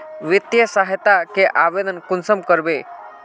वित्तीय सहायता के आवेदन कुंसम करबे?